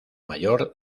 mayor